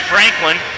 Franklin